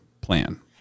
plan